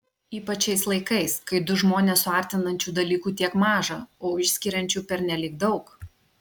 ypač šiais laikais kai du žmones suartinančių dalykų tiek maža o išskiriančių pernelyg daug